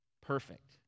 perfect